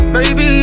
Baby